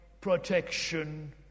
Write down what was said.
protection